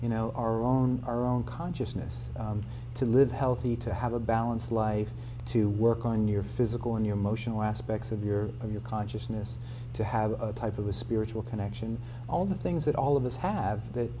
you know our own our own consciousness to live healthy to have a balanced life to work on your physical and your motion or aspects of your or your consciousness to have a type of a spiritual connection all the things that all of us have that